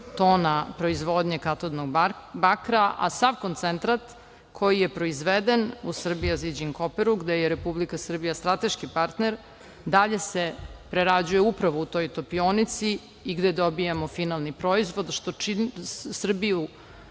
tona proizvodnje katodnog bakra, a sav koncentrat koji je proizveden u „Serbia Zijin Coper“, gde je Republika Srbija strateški partner, dalje se prerađuje upravo u toj topionici i gde dobijamo finalni proizvod, što Srbiju